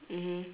mmhmm